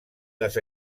les